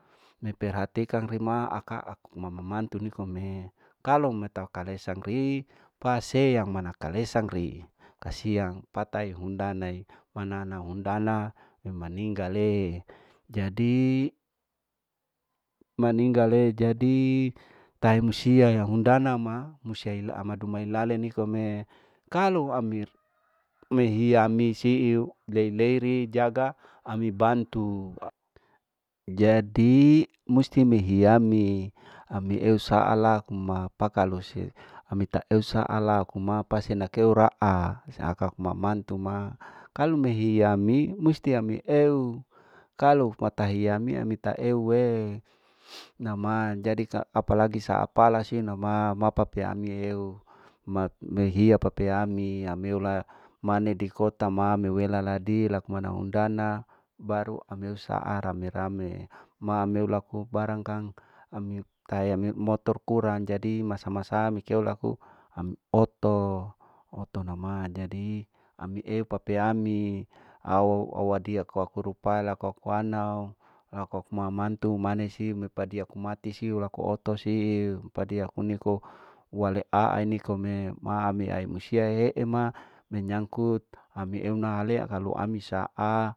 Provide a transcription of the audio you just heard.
Mi perhatikan rima aka ku mama mantu nikome, kalu matau kalesang ri pasei yang mana kalesang ri kasiang patai hundanae, mana nai hundana imaninggale jadi, maninggale jadi tahi musia yang hundana ma musiau musia ama duma hilale nikome, kalu amir me hiaa ami siu lei leiri jaga aku bantu jdi musti mehiyami, ami eu saala kuma pakalu se ami aeu saala kuma pasinakeu raa ise aka ku mama mantu ma kalu mehia mi musti ami eu matahiami ami taeue enama jadi ka apalagi saa pala si nama te ami heu met mehia papea ami ameula mane dikota ma miwela ladikma mana undana baru ami saarame rame ame laku barangkang ami taea me motor kurang jadi masa masa mi keu laku ami oto, oto nama jadi ami eu papeami au awadia kuaku rupala kuaku anau kuakuo mama mantu mane siu me padia kumati siu ku laku oto siu jadi aku niko wale aai nikome ma ami aimusia he'e ma menyangkut ami eu nahale kalu ami saa.